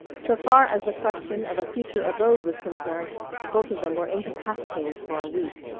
so far as the question of a future abode was concerned both of them were incapacitated for a week.